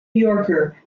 yorker